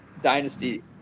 dynasty